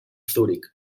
zúrich